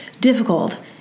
Difficult